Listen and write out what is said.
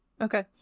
Okay